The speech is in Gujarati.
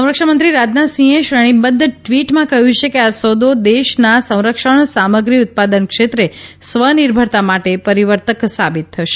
સંરક્ષણ મંત્રી રાજનાથ સિંહે શ્રેણીબધ્ધ ટ્વીટમાં કહ્યું છે કે આ સોદો દેશના સંરક્ષણ સામગ્રી ઉત્પાદનના ક્ષેત્રે સ્વનિર્ભરતા માટે પરિવર્તક સાબિત થશે